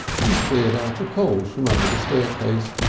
he cleared out the coals from under the staircase,